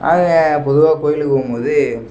நாங்கள் பொதுவாக கோயிலுக்கு போகும்மோது